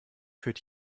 führt